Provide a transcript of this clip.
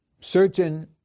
certain